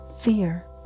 fear